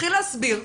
יתחיל להסביר,